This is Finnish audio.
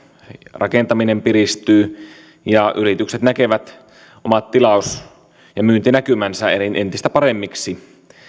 rakentaminen piristyy ja yritykset näkevät omat tilaus ja myyntinäkymänsä entistä paremmiksi